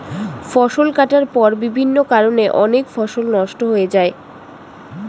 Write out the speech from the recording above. ফসল কাটার পর বিভিন্ন কারণে অনেক ফসল নষ্ট হয়ে যায়